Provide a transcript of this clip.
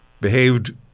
behaved